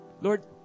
Lord